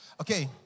Okay